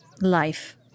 life